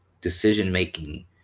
decision-making